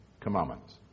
commandments